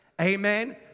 amen